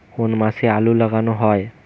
কোন মাসে আলু লাগানো হয়?